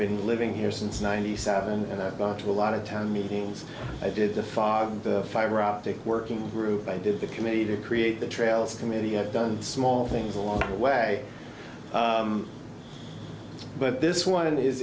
been living here since ninety seven and i've gone to a lot of town meetings i did the five the fiberoptic working group i did the committee to create the trails committee have done small things along the way but this one is